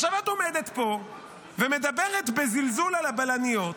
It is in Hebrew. עכשיו את עומדת פה ומדברת בזלזול על הבלניות.